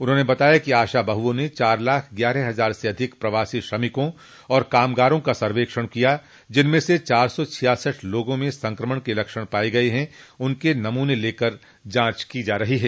उन्होंने बताया कि आशा बहुओं ने चार लाख ग्यारह हजार से अधिक प्रवासी श्रमिकों और कामगारों का सर्वेक्षण किया ह जिनमें से चार सौ छियासठ लोगों में संक्रमण के लक्षण पाये गये उनके नमूने लेकर जांच की जा रही है